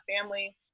family